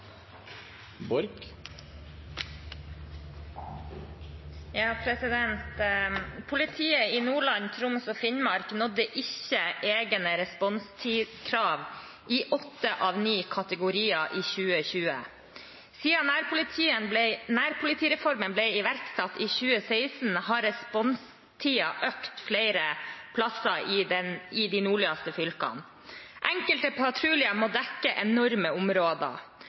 i Nordland og Troms og Finnmark nådde ikke egne responstidskrav i åtte av ni kategorier i 2020. Siden ‘nærpolitireformen’ ble iverksatt i 2016, har responstiden økt flere steder i de nordligste fylkene. Enkelte patruljer må dekke enorme områder.